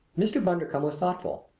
mr. bundercombe was thoughtful,